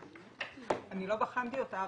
אני לא בחנתי אותה,